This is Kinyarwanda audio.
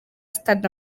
stade